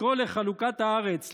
לקרוא לחלוקת הארץ,